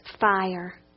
fire